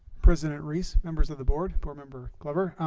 president reese, members of the board, board member glover